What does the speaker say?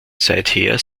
seither